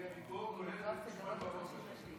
אני פה, בבוקר.